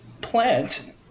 plant